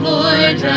Lord